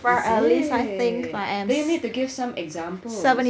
is it then you need to give some examples